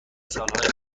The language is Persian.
سالهای